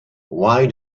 why